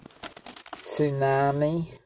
tsunami